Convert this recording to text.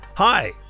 Hi